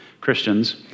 Christians